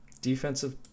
Defensive